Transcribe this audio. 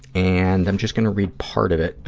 and i'm just going to read part of it.